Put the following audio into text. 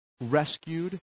rescued